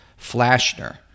Flashner